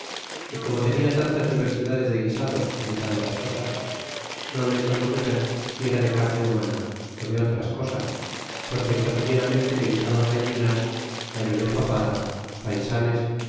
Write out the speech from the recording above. y como tenia tantas diversidades de guisados y de tantas cosas no lo echábamos de ver si era de carne humana ú de otras cosas porque cotidianamente le guisaban gallinas gallos de papada faysanes